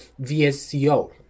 VSCO